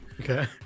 okay